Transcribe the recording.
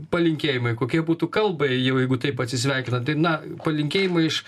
palinkėjimai kokie būtų kalbai jau jeigu taip atsisveikinant tai na palinkėjimai iš